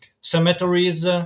cemeteries